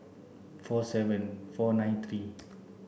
four seven four nine three